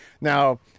Now